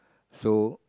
so